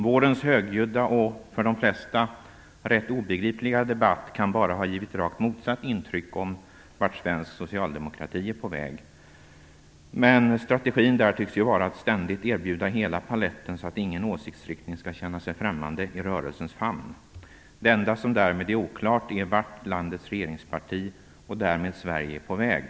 Vårens högljudda och för de flesta rätt obegripliga debatt kan bara ha givit rakt motsatt intryck om vart svensk socialdemokrati är på väg. Men strategin där tycks ju vara att ständigt erbjuda hela paletten, så att ingen åsiktsriktning skall känna sig främmande i rörelsens famn. Det enda som därmed är oklart är vart landets regeringsparti och därmed Sverige är på väg.